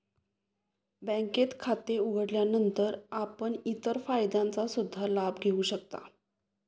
बँकेत खाते उघडल्यानंतर आपण इतर फायद्यांचा सुद्धा लाभ घेऊ शकता